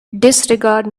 disregard